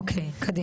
אוקיי קדימה.